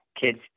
kids